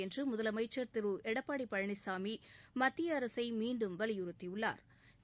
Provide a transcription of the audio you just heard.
என்று முதலமைச்சா் திரு எடப்பாடி பழனிசாமி மத்திய அரசை மீண்டும் வலியுறுத்தியுள்ளாா்